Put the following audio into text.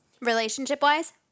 Relationship-wise